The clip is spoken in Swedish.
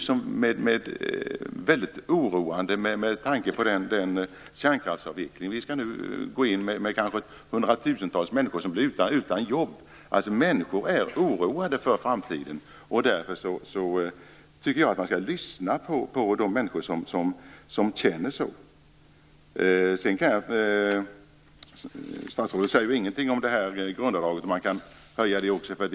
Det är väldigt oroande, med tanke på att den kärnkraftsavveckling som vi nu skall gå in i kanske innebär att hundratusentals människor blir utan jobb. Människor är oroade för framtiden, och därför skall man lyssna på dem som känner så. Statsrådet säger ingenting om grundavdraget och om det kan höjas.